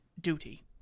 duty